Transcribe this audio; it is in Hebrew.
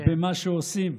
במה שעושים.